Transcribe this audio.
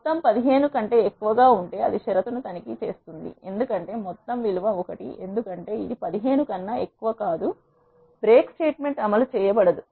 మొత్తం 15 కంటే ఎక్కువగా ఉంటే అది షరతు ను తనిఖీ చేస్తుంది ఎందుకంటే మొత్తం విలువ 1 ఎందుకంటే ఇది 15 కన్నా ఎక్కువ కాదు బ్రేక్ స్టేట్మెంట్ అమలు చేయ బడదు